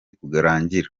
kurangira